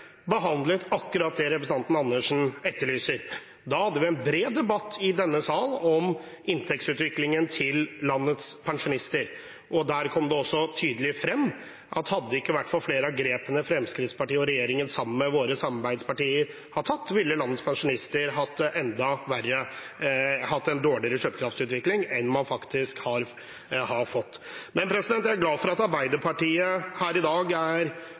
behandlet akkurat det representanten Andersen etterlyser. Da hadde vi en bred debatt i denne salen om inntektsutviklingen til landets pensjonister. Der kom det tydelig frem at hadde det ikke vært for flere av grepene Fremskrittspartiet og regjeringen sammen med våre samarbeidspartier har tatt, ville landets pensjonister hatt det enda verre, en dårligere kjøpekraftsutvikling enn det man faktisk har fått. Jeg er glad for at Arbeiderpartiet her i dag er